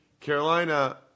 Carolina